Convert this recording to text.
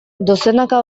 dozenaka